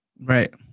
Right